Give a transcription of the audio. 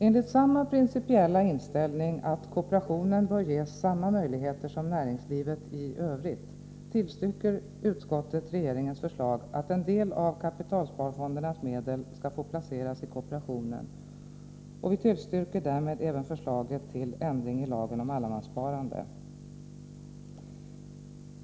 Enligt samma principiella inställning, att kooperationen bör ges samma möjligheter som näringslivet i övrigt, tillstyrker utskottet regeringens förslag att en del av kapitalsparfondernas medel skall få placeras i kooperationen och tillstyrker därmed även förslaget till ändring i lagen om allemanssparande.